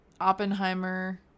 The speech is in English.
Oppenheimer